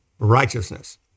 Righteousness